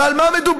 ועל מה מדובר?